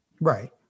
right